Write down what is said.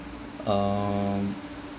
um